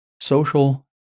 social